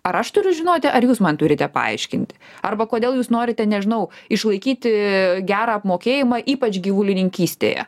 ar aš turiu žinoti ar jūs man turite paaiškinti arba kodėl jūs norite nežinau išlaikyti gerą apmokėjimą ypač gyvulininkystėje